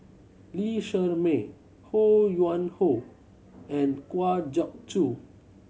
Lee Shermay Ho Yuen Hoe and Kwa Geok Choo